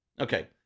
Okay